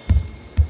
Molim